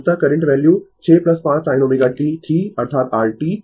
अंततः current value 6 5 sin ω t थी अर्थात r t